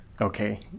Okay